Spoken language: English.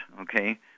Okay